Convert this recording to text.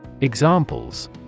Examples